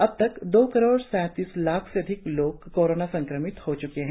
अब तक दो करोड़ सैतीस लाख से अधिक लोग कोरोना संक्रमित हो च्के हैं